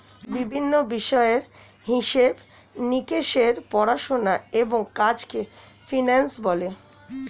বিভিন্ন বিষয়ের হিসেব নিকেশের পড়াশোনা এবং কাজকে ফিন্যান্স বলে